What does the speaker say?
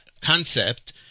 concept